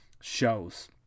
shows